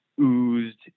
oozed